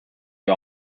you